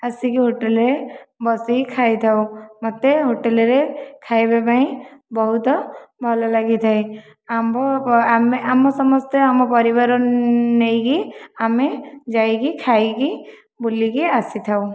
ଆସିକି ହୋଟେଲ୍ରେ ବସିକି ଖାଇଥାଉ ମୋତେ ହୋଟେଲ୍ରେ ଖାଇବାପାଇଁ ବହୁତ ଭଲ ଲାଗିଥାଏ ଆମ ଆମେ ଆମ ସମସ୍ତେ ଆମ ପରିବାର ନେଇକି ଆମେ ଯାଇକି ଖାଇକି ବୁଲିକି ଆସିଥାଉ